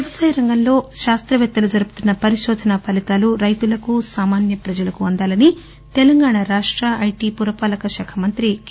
వ్యవసాయరంగంలో శాస్త్రపేత్తలు జరుపుతున్న పరిశోధనా ఫలితాలు రైతులకు సామాన్య ప్రజలకు అందాలని తెలంగాణ రాష్ట ఐటి పురపాలక శాఖ మంత్రి కె